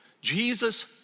Jesus